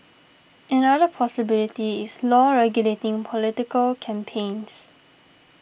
another possibility is law regulating political campaigns